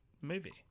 movie